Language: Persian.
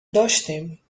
داشتیم